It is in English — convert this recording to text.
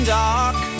dark